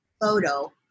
photo